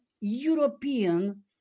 european